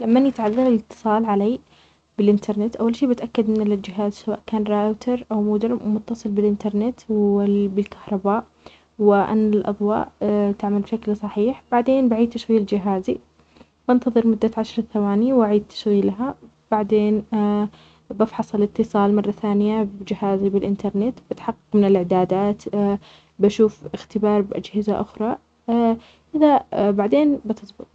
لمن يتعذرالإتصال علي بالإنترنت، أول شى بأتأكد من الجهاز، سواء كان راوتر أو مدرم، متصل بالإنترنت وبالكهرباء وأن الأضواء تعمل بشكل صحيح. بعدين بعيد تشغيل جهازي، بانتظر مدة عشر ثواني وأعيد تشغيلها. بعدين بفحص الإتصال مرة ثانيه بجهازي بالإنترنت. بتحقق من الإعدادات بشوف إختبار بأجهزة أخرى بعدين بتظبط